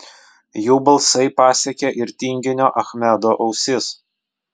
jų balsai pasiekė ir tinginio achmedo ausis